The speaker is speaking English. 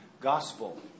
gospel